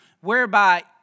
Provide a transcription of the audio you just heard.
whereby